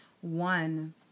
One